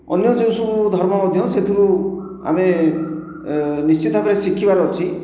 ଅନ୍ୟ ଯେଉଁ ସବୁ ଧର୍ମ ମଧ୍ୟ ସେଥିରୁ ଆମେ ଏ ନିଶ୍ଚିତ ଭାବରେ ଶିଖିବାରେ ଅଛି